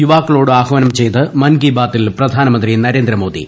യുവാക്കളോട് ആഹ്വാനം ചെയ്ത് മൻകി ബാതിൽ പ്രധാനമന്ത്രി നരേന്ദ്രമോദി